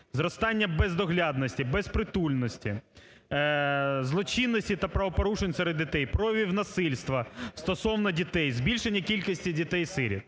Зростання бездоглядності, безпритульності, злочинності та правопорушень серед дітей, проявів насильства стосовно дітей, збільшення кількості дітей-сиріт.